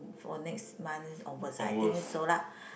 for next month onwards I think so lah